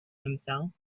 himself